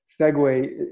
segue